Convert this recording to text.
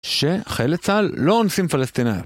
שחיילי צה"ל לא אונסים פלסטינאים.